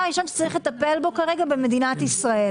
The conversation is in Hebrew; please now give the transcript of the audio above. הראשון שצריך לטפל בו כרגע במדינת ישראל.